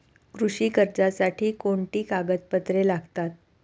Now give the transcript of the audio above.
कृषी कर्जासाठी कोणती कागदपत्रे लागतात?